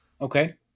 Okay